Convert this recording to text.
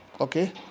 Okay